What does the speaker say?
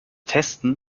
testen